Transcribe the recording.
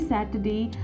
Saturday